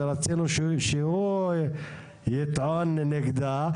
ורצינו שהוא יטען נגדה.